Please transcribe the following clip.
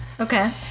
Okay